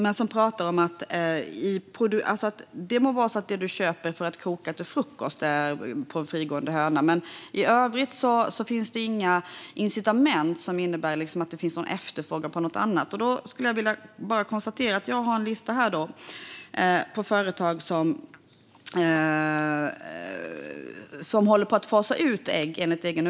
Det handlar om att det må vara att det man köper för att koka till sin frukost kommer från en frigående höna, men i övrigt finns inga incitament som innebär att det blir en efterfrågan på något annat. Jag har dock en lista med mig över företag som enligt egen uppgift håller på att fasa ut andra ägg.